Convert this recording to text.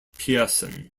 pierson